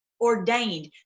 ordained